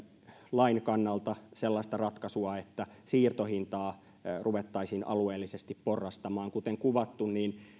lain kannalta sellaista ratkaisua että siirtohintaa ruvettaisiin alueellisesti porrastamaan kuten kuvattu